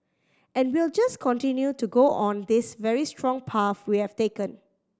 and we'll just continue to go on this very strong path we have taken